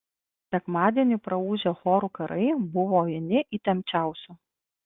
sekmadienį praūžę chorų karai buvo vieni įtempčiausių